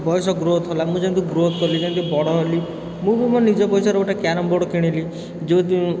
ବୟସ ଗ୍ରୋଥ୍ ହେଲା ମୁଁ ଯେମିତି ଗ୍ରୋଥ୍ କଲି ମୁଁ ଯେମିତି ବଡ଼ ହେଲି ମୁଁ ବି ମୋ ନିଜ ପଇସାରେ ଗୋଟେ କ୍ୟାରମ୍ ବୋର୍ଡ଼ କିଣିଲି ଯେଉଁ